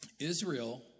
Israel